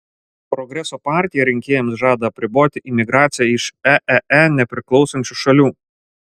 progreso partija rinkėjams žada apriboti imigraciją iš eee nepriklausančių šalių